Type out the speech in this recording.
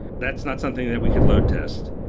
that's not something that we could load test.